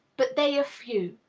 but they are few.